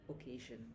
occasion